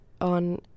on